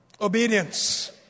Obedience